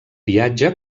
viatge